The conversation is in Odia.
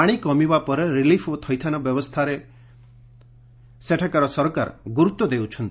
ପାଣି କମିବା ପରେ ରିଲିଫ୍ ଓ ଥଇଥାନ ବ୍ୟବସ୍ଥା ଉପରେ ସେଠାକାର ସରକାର ଗୁରୁତ୍ୱ ଦେଉଛନ୍ତି